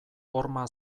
horma